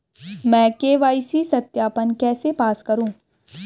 मैं के.वाई.सी सत्यापन कैसे पास करूँ?